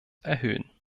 erhöhen